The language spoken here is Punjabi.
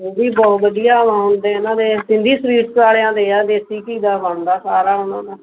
ਉਹ ਵੀ ਬਹੁਤ ਵਧੀਆ ਬਣਾਉਂਦੇ ਉਨ੍ਹਾਂ ਦੇ ਸਿੰਧੀ ਸਵੀਟਸ ਵਾਲਿਆਂ ਦੇ ਹੈ ਦੇਸੀ ਘੀ ਦਾ ਬਣਦਾ ਸਾਰਾ ਉਨ੍ਹਾਂ ਦਾ